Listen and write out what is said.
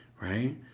right